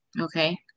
Okay